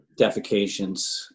defecations